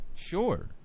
Sure